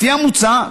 לפי המוצע,